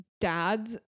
dads